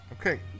Okay